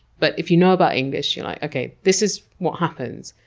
but if you know about english, you're like, okay, this is what happens.